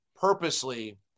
purposely